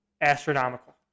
astronomical